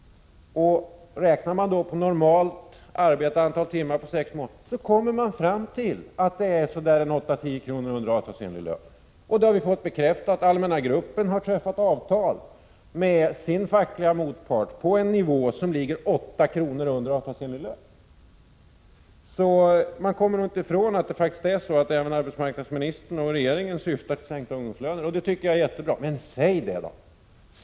Räknar man då på normalt arbetade antal timmar på sex månader, kommer man fram till att det blir ungefär 8-10 kr. under avtalsenlig lön. Det har vi fått bekräftat. Allmänna gruppen har träffat avtal med sin fackliga motpart på en nivå som ligger 8 kr. under avtalsenlig lön. Man kommer inte ifrån att även arbetsmarknadsministern och regeringen faktiskt syftar till sänkta ungdomslöner. Det tycker jag är jättebra. Men säg det då!